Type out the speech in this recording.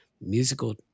musical